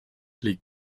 les